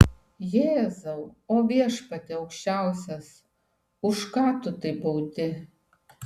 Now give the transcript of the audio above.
jėzau o viešpatie aukščiausias už ką tu taip baudi